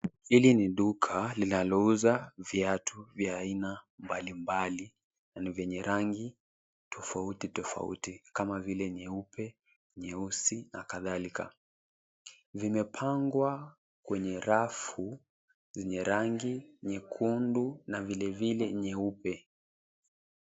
Hili ni duka linalouza viatu vya aina mbali mbali na ni vyenye rangi tofauti tofauti kama vile: nyeupe, nyeusi na kadhalika. Vimepangwa kwenye rafu zenye rangi nyekundu na vile vile nyeupe.